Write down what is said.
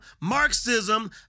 Marxism